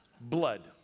Blood